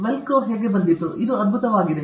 Velcro ಹೇಗೆ ಬಂದಿತು ಇದು ಅದ್ಭುತವಾಗಿದೆ